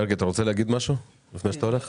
מרגי, אתה רוצה להגיד משהו לפני שאתה הולך?